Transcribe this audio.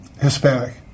Hispanic